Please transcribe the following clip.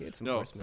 No